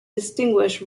distinguish